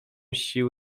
sił